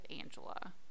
Angela